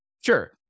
Sure